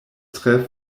tre